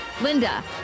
Linda